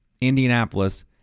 Indianapolis